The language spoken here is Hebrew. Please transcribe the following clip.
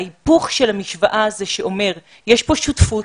ההיפוך של המשוואה זה אומר שיש פה שותפות,